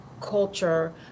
culture